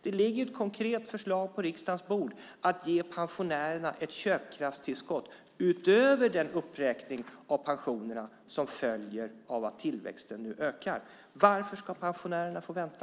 Det ligger ett konkret förslag på riksdagens bord om att ge pensionärerna ett köpkraftstillskott utöver den uppräkning av pensionerna som följer av att tillväxten nu ökar. Varför ska pensionärerna få vänta?